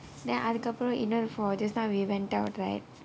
then அதற்கு அப்புறம் இன்னொரு:atharkku appuram innoru for just now we went down right